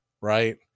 right